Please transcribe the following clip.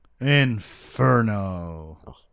Inferno